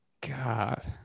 god